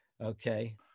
okay